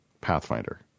Pathfinder